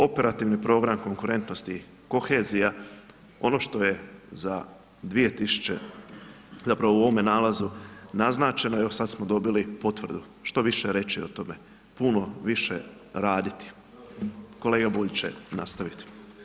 Operativni program konkurentnosti i kohezija, ono što je za 2000, zapravo u ovome nalazu naznačeno, evo sad smo dobili potvrdu, što više reći o tome, puno više raditi, kolega Bulj će nastaviti.